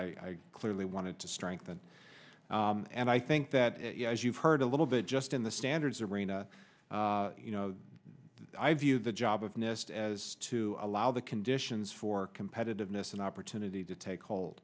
i clearly wanted to strengthen and i think that as you've heard a little bit just in the standards arena you know i view the job of nist as to allow the conditions for competitiveness an opportunity to take hold